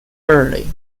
berlin